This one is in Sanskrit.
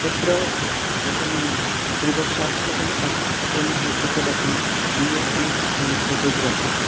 तत्र एकं त्रिवर्षात्मकः पाठ्यक्रमः प्रचलति बी ए इन् फ़ोटोग्राफी